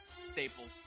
staples